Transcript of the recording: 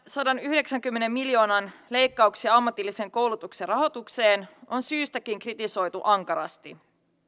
sadanyhdeksänkymmenen miljoonan leikkauksia ammatillisen koulutuksen rahoitukseen on syystäkin kritisoitu ankarasti